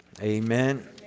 amen